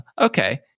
okay